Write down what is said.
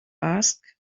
asked